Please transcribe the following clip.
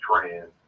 trans